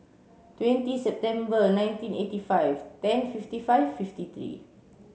twenty September nineteen eighty five ten fifty five fifty three